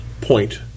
point